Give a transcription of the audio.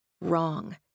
Wrong